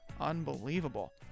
Unbelievable